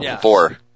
Four